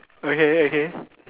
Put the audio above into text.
okay okay